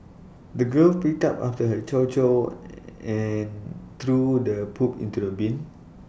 the girl picked up after her chow chow and threw the poop into the bin